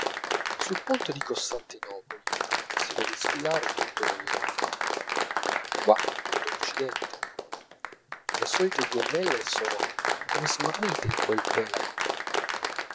sul ponte di costantinopoli si vede sfilare tutto l'oriente qua tutto l'occidente le solite gonnelle sono come smarrite in quel pelago